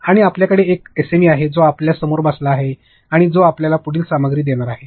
आणि आपल्याकडे एक एसएमई आहे जो आपल्या समोर बसलेला आहे जो आपल्याला पुढील सामग्री देणार आहे